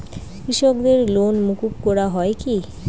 কৃষকদের লোন মুকুব করা হয় কি?